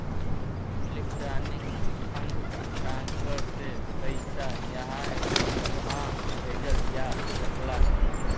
electronic fund transfer से पइसा इहां उहां भेजल जा सकला